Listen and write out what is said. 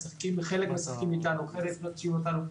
חלק משחקים אתנו, חלק נוטשים אותנו.